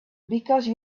because